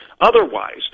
Otherwise